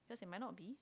cause it might not be